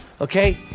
okay